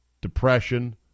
depression